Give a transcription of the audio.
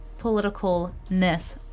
politicalness